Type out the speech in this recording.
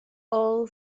all